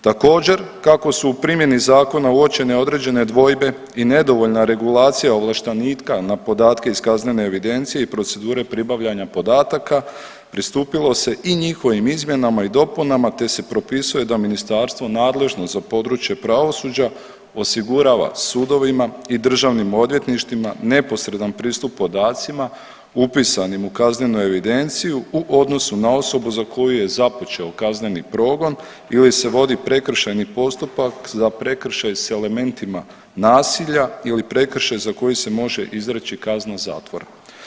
Također kako su u primjeni zakona uočene određene dvojbe i nedovoljna regulacija ovlaštenika na podatke iz kaznene evidencije i procedure pribavljanja podataka pristupilo se i njihovim izmjenama i dopunama, te se propisuje da ministarstvo nadležno za područje pravosuđa osigurava sudovima i državnim odvjetništvima neposredan pristup podacima upisanim u kaznenu evidenciju u odnosu na osobu za koju je započeo kazneni progon ili se vodi prekršajni postupak za prekršaj s elementima nasilja ili prekršaj za koji se može izreći kazna zatvora.